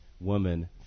woman